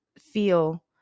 feel